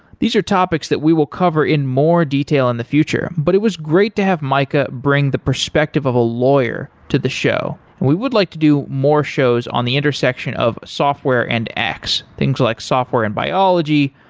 these are topics that we will cover in more detail in the future, but it was great to have mica bring the perspective of a lawyer to the show we would like to do more shows on the intersection of software and x, things like software and biology,